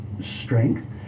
strength